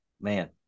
man